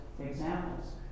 examples